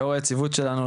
לאור היציבות שלנו,